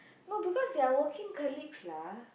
no because they are working colleagues lah